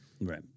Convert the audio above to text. Right